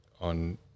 on